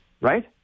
right